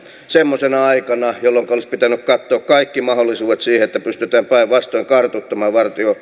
semmoisena aikana jolloinka olisi pitänyt katsoa kaikki mahdollisuudet siihen että pystytään päinvastoin kartuttamaan